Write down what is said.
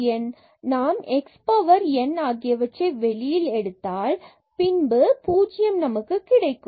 ஏனெனில் நாம் x power n ஆகியவற்றை வெளியில் எடுத்தால் பின்பு 0 நமக்கு கிடைக்கிறது